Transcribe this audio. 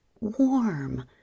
warm